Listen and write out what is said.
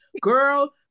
Girl